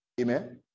amen